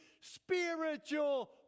spiritual